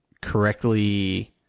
correctly